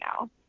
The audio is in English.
now